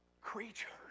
creatures